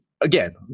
Again